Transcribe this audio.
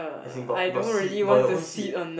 as in got seat got your own seat